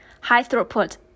high-throughput